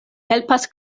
helpas